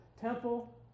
temple